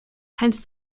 hence